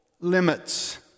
limits